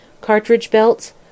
cartridge-belts